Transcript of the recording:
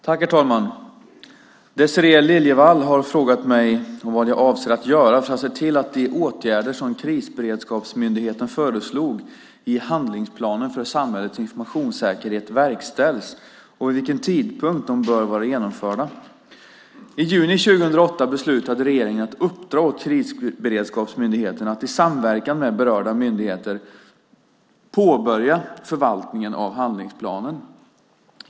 Herr talman! Désirée Liljevall har frågat mig vad jag avser att göra för att se till att de åtgärder som Krisberedskapsmyndigheten föreslog i handlingsplanen för samhällets informationssäkerhet verkställs och vid vilken tidpunkt de bör vara genomförda. I juni 2008 beslutade regeringen att uppdra åt Krisberedskapsmyndigheten att i samverkan med berörda myndigheter påbörja förvaltningen av handlingsplanen.